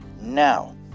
Now